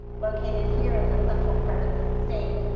located here in the central part of the state.